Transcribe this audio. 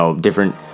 different